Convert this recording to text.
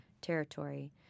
territory